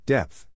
Depth